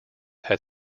had